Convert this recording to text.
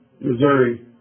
Missouri